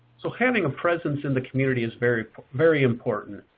so having a presence in the community is very very important.